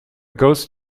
ghost